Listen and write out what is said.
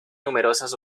numerosas